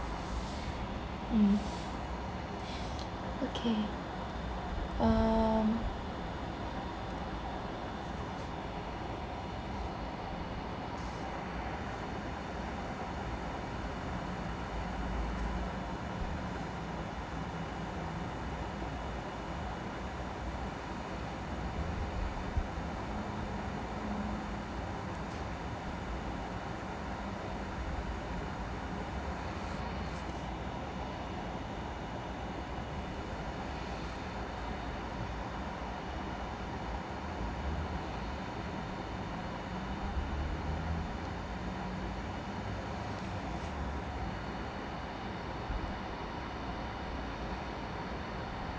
mm okay um